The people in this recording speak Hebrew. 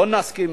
לא נסכים,